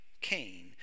Cain